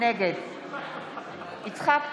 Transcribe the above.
נגד יצחק פינדרוס,